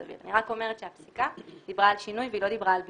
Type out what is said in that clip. אני רק אומרת שהפסיקה דיברה על שינוי והיא לא דיברה על ביטול.